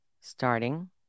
starting